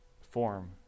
form